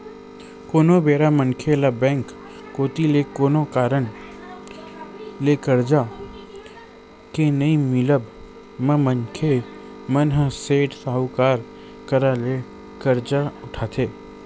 कोनो बेरा मनखे ल बेंक कोती ले कोनो कारन ले करजा के नइ मिलब म मनखे मन ह सेठ, साहूकार करा ले करजा उठाथे